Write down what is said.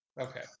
okay